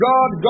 God